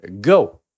go